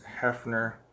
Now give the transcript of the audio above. Hefner